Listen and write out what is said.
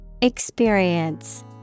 Experience